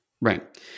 Right